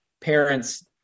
parents